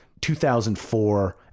2004